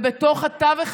הם בתחום הנפש,